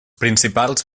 principals